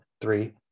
three